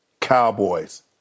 Cowboys